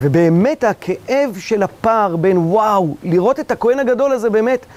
ובאמת, הכאב של הפער בין וואו, לראות את הכהן הגדול הזה באמת.